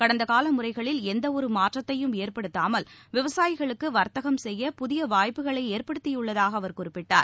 கடந்தகால முறைகளில் எந்தவொரு மாற்றத்தையும் ஏற்படுத்தாமல் விவசாயிகளுக்கு வாத்தகம் செய்ய புதிய வாய்ப்புகளை ஏற்படுத்தியுள்ளதாக அவர் குறிப்பிட்டார்